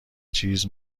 چیز